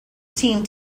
team